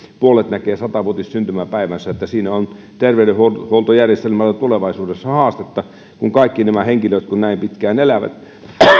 puolet näkee sata vuotissyntymäpäivänsä siinä on terveydenhuoltojärjestelmällä tulevaisuudessa haastetta että kaikki nämä henkilöt kun näin pitkään elävät